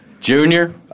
Junior